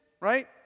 right